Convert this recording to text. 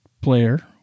player